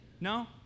No